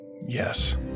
Yes